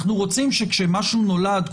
אנחנו רוצים שכאשר משהו נולד,